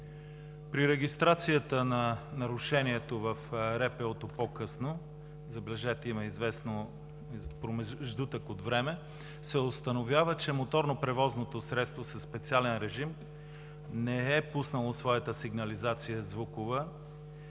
При регистрацията на нарушението в РПУ-то по-късно, забележете, има известен промеждутък от време, се установява, че моторното превозно средство със специален режим не е пуснало своята звукова